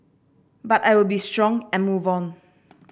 but I will be strong and move on